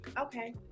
Okay